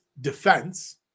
defense